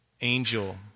angel